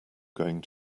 going